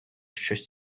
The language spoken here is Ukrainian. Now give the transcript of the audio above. щось